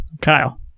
Kyle